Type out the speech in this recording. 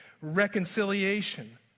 reconciliation